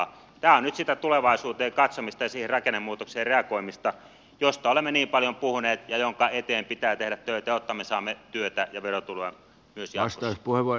tämä on nyt sitä tulevaisuuteen katsomista ja siihen rakennemuutokseen reagoimista josta olemme niin paljon puhuneet ja jonka eteen pitää tehdä töitä jotta me saamme työtä ja verotuloja myös jatkossa